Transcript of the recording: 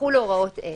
יחולו הוראות אלה: